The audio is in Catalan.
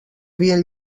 havien